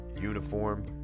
uniform